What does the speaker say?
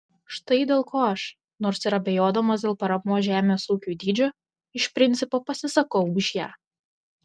štai dėl ko aš nors ir abejodamas dėl paramos žemės ūkiui dydžio iš principo pasisakau už ją